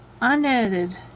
Unedited